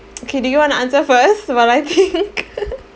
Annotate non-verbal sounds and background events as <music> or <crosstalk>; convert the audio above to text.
<noise> okay do you want to answer first while I think <laughs>